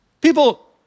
People